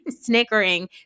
snickering